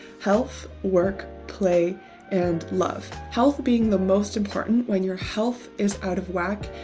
health, work, play and love. health being the most important, when your health is out of whack,